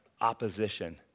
opposition